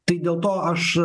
tai dėl to aš